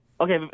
Okay